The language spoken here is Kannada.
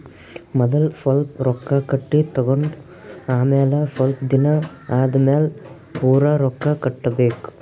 ಮದಲ್ ಸ್ವಲ್ಪ್ ರೊಕ್ಕಾ ಕಟ್ಟಿ ತಗೊಂಡ್ ಆಮ್ಯಾಲ ಸ್ವಲ್ಪ್ ದಿನಾ ಆದಮ್ಯಾಲ್ ಪೂರಾ ರೊಕ್ಕಾ ಕಟ್ಟಬೇಕ್